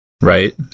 right